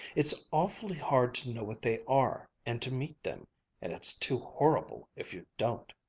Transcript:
it's awfully hard to know what they are, and to meet them and it's too horrible if you don't.